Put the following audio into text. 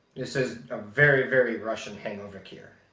this is a very very russian hangover cure.